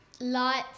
Lights